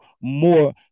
more